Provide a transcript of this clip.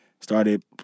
started